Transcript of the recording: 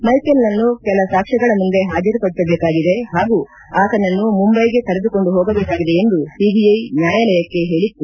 ಮಿಷೆಲ್ನನ್ನು ಕೆಲ ಸಾಕ್ಷ್ಯಗಳ ಮುಂದೆ ಹಾಜರುಪಡಿಸಬೇಕಾಗಿದೆ ಹಾಗೂ ಆತನನ್ನು ಮುಂಬೈಗೆ ಕರೆದುಕೊಂಡು ಹೋಗಬೇಕಾಗಿದೆ ಎಂದು ಸಿಬಿಐ ನ್ಯಾಯಾಲಯಕ್ಕೆ ಹೇಳಿತ್ತು